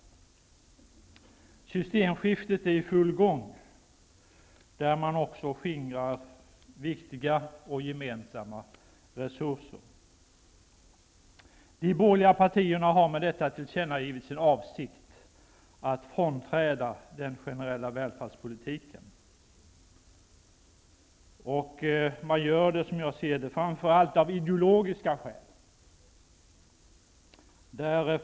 Systemskiftet är i full gång. Där skingrar man också viktiga och gemensamma resurser. De borgerliga partierna har med detta tillkännagivit sin avsikt att frånträda den generella välfärdspolitiken. De gör det framför allt av ideologiska skäl.